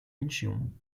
incheon